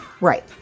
Right